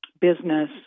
business